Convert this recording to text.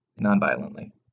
Non-violently